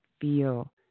feel